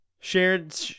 Shared